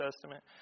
Testament